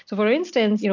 so for instance, you know